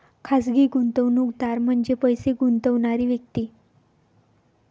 खाजगी गुंतवणूकदार म्हणजे पैसे गुंतवणारी व्यक्ती